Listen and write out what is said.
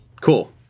Cool